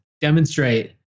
demonstrate